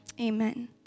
Amen